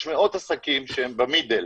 יש מאות עסקים שהם במידל,